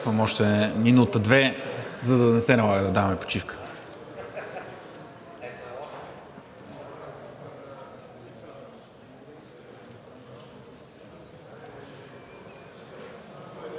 Изчакваме още минута-две, за да не се налага да даваме почивка.